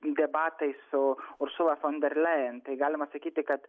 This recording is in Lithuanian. debatai su usula fon der lejen tai galima sakyti kad